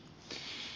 kiitoksia